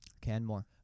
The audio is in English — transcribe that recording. Canmore